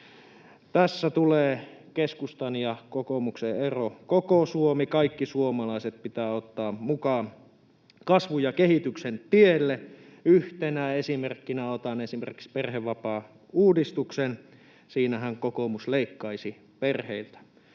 Tässä tulee keskustan ja kokoomuksen ero: koko Suomi, kaikki suomalaiset pitää ottaa mukaan kasvun ja kehityksen tielle. Yhtenä esimerkkinä otan esimerkiksi perhevapaauudistuksen. Siinähän kokoomus leikkaisi perheiltä.